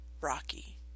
Rocky